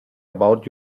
about